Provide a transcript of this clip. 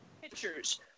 pictures